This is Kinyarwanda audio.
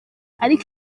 ariko